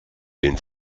den